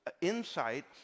insight